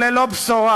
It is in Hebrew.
הוא ללא בשורה,